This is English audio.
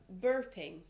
burping